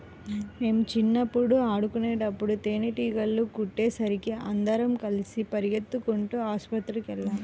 మేం చిన్నప్పుడు ఆడుకునేటప్పుడు తేనీగలు కుట్టేసరికి అందరం కలిసి పెరిగెత్తుకుంటూ ఆస్పత్రికెళ్ళాం